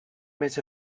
més